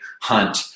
hunt